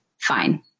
fine